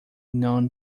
known